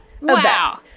Wow